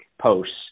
posts